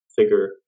figure